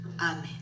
Amen